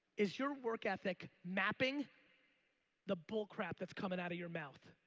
is your work ethic mapping the bull crap that's coming out of your mouth?